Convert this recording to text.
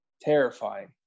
terrifying